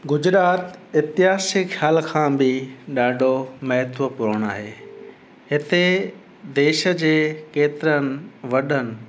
गुजरात इतिहासिक ख़्याल खां बि ॾाढो महत्वपूर्ण आहे हिते देश जे केतिरनि वॾनि